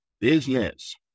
business